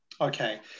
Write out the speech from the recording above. Okay